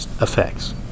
effects